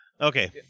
Okay